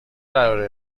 قراره